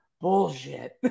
Bullshit